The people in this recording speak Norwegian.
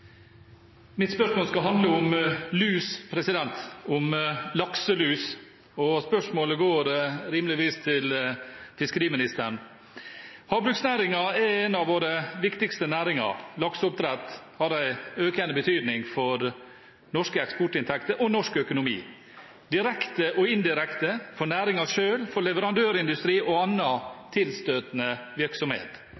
Mitt spørsmål skal handle om lakselus, og spørsmålet går rimeligvis til fiskeriministeren. Havbruksnæringen er en av våre viktigste næringer. Lakseoppdrett har en økende betydning for norske eksportinntekter og norsk økonomi – direkte og indirekte for næringen selv, for leverandørindustri og